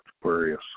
Aquarius